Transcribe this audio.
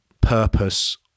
purpose